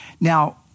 Now